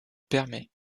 permet